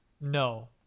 no